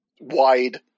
wide